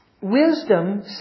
wisdom